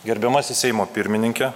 gerbiamasis seimo pirmininke